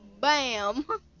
bam